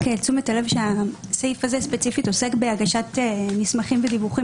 רק תשומת הלב שהסעיף הזה ספציפית עוסק בהגשת מסמכים ודיווחים